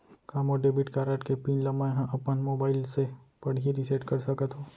का मोर debit card के पिन ल मैं ह अपन मोबाइल से पड़ही रिसेट कर सकत हो?